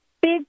Big